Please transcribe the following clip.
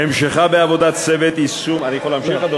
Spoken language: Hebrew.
זה לא עניין של תקשורת,